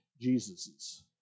Jesus's